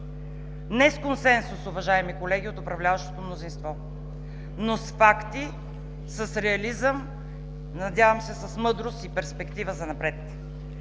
Не с консенсус, уважаеми колеги от управляващото мнозинство, но с факти, с реализъм, надявам се с мъдрост и перспектива занапред.